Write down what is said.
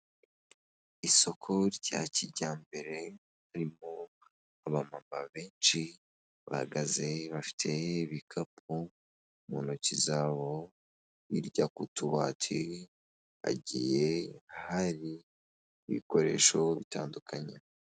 Isoko rya kijyambere harimo abamama benshi bahagaze bafite ibikapu mu ntoki zabo birya ku tubati hagiye hari ibikoresho bitandukanye.